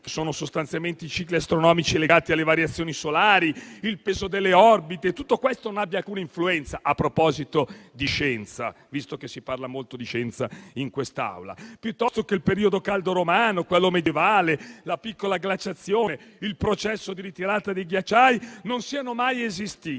sono sostanzialmente i cicli astronomici legati alle variazioni solari), il peso delle orbite non abbiano alcuna influenza. A proposito di scienza - visto che si parla molto di scienza in quest'Aula - sembra che il periodo caldo romano, quello medievale, la piccola glaciazione, il processo di ritirata dei ghiacciai, non siano mai esistiti.